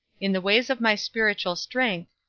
in the ways of my spiritual strength,